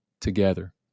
together